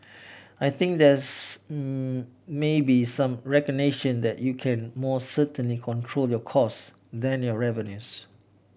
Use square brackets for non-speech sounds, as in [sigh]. I think there's [hesitation] maybe some recognition that you can more certainly control your costs than your revenues